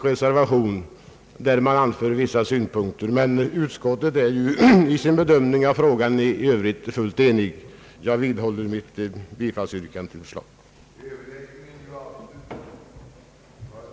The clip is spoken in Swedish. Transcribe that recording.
a) att direktiv finge utfärdas av innebörd, att frågan om vidgad avdragsrätt för forskningskostnader och frågan om rätt till skattefri avsättning till forskningsfonder ägnades särskild uppmärksamhet vid den översyn av dessa frågor som nu påginge genom särskild utredningsman,